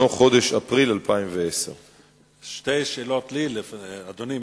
חודש אפריל 2010. שתי שאלות לי: אדוני,